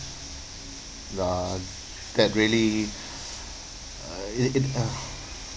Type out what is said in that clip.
uh that really uh it it uh